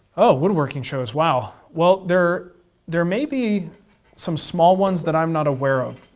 oh, woodworking shows, wow. well, there there may be some small ones that i'm not aware of,